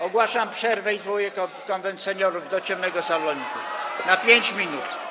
Ogłaszam przerwę i zwołuję Konwent Seniorów [[Poruszenie na sali]] w ciemnym saloniku na 5 minut.